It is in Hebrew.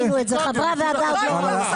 חברי הוועדה עוד לא ראו.